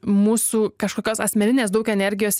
mūsų kažkokios asmeninės daug energijos